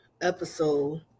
episode